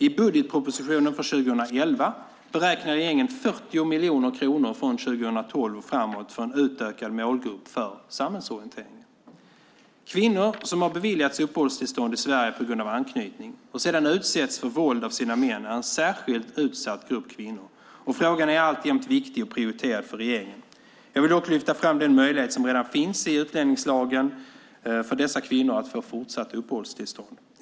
I budgetpropositionen för 2011 beräknar regeringen 40 miljoner kronor från 2012 och framåt för en utökad målgrupp för samhällsorienteringen. Kvinnor som har beviljats uppehållstillstånd i Sverige på grund av anknytning och sedan utsätts för våld av sina män är en särskilt utsatt grupp kvinnor, och frågan är alltjämt viktig och prioriterad för regeringen. Jag vill dock lyfta fram den möjlighet som redan finns i utlänningslagen för dessa kvinnor att få fortsatt uppehållstillstånd.